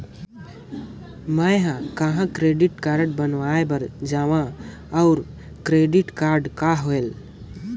मैं ह कहाँ क्रेडिट कारड बनवाय बार जाओ? और क्रेडिट कौन होएल??